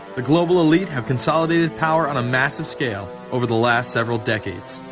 the global elite have consolidated power on a massive scale over the last several decades.